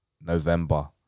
november